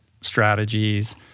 strategies